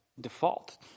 default